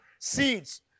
Seeds